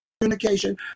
communication